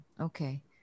Okay